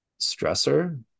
stressor